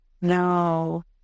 No